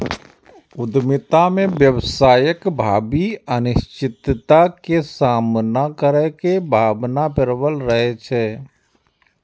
उद्यमिता मे व्यवसायक भावी अनिश्चितता के सामना करै के भावना प्रबल रहै छै